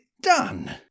done